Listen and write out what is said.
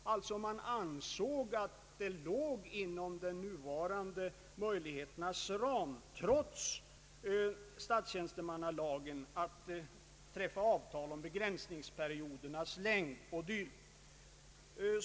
Man ansåg alltså att det låg inom de nuvarande möjligheternas ram trots statstjänstemannalagen och kommunaltjänstemannalagen «att träffa avtal om begränsningsperiodernas längd o.d.